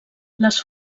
les